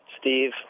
Steve